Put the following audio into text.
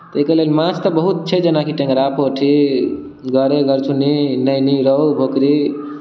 ताहिके लेल माछ तऽ बहुत छै जेना कि टेंगड़ा पोठी बुआरी गरचुन्नी नैनी रोहू भोकुरी